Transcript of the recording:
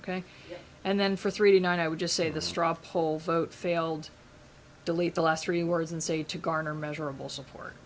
ok and then for three to nine i would just say the straw poll vote failed delete the last three words and say to garner measurable support